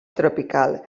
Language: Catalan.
tropical